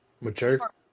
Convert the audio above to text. Mature